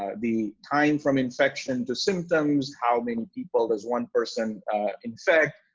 the time from infection to symptoms, how many people does one person infect,